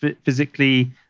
physically